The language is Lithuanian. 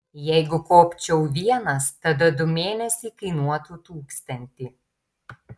jeigu kopčiau vienas tada du mėnesiai kainuotų tūkstantį